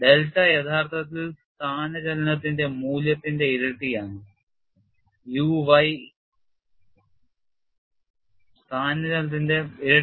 delta യഥാർത്ഥത്തിൽ സ്ഥാനചലനത്തിന്റെ മൂല്യത്തിന്റെ ഇരട്ടിയാണ് uy